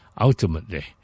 Ultimately